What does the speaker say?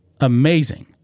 Amazing